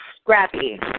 scrappy